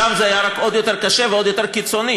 רק שם זה היה עוד יותר קשה ועוד יותר קיצוני,